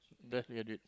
just graduate